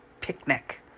picnic